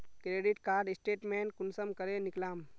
Credit card statement कुंसम करे निकलाम?